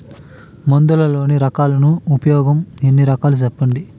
మందులలోని రకాలను ఉపయోగం ఎన్ని రకాలు? సెప్పండి?